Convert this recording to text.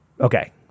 Okay